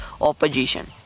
opposition